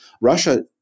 Russia